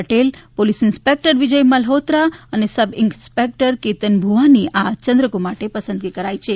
Patel police inspector Vijay Malhotra અને sub inspector Ketan ભૂવાની આ ચંદ્રકો માટે પસંદગી કરાઈ છે